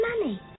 money